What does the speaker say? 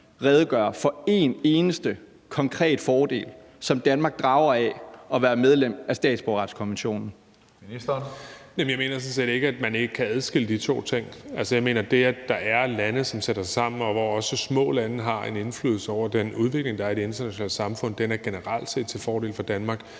Udlændinge- og integrationsministeren (Kaare Dybvad Bek): Jeg mener sådan set ikke, at man ikke kan adskille de to ting. Altså, jeg mener, at det, at der er lande, som sætter sig sammen, og hvor også små lande har en indflydelse på den udvikling, der er i det internationale samfund, generelt set er til fordel for Danmark,